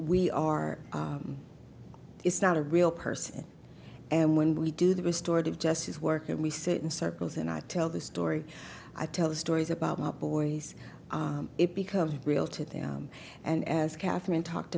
we are it's not a real person and when we do the restored of just his work and we sit in circles and i tell the story i tell the stories about my boys it becomes real to them and as catherine talked